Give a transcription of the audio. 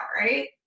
right